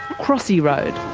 crossy road.